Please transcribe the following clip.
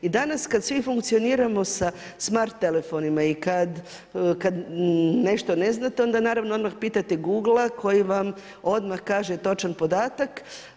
I danas kada svi funkcioniramo sa smart telefonima i kada nešto ne znate onda naravno odmah pitate Googl-a koji vam odmah kaže točan podatak.